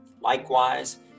Likewise